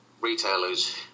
retailers